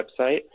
website